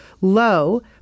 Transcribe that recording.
low